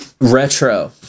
retro